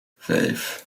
vijf